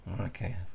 okay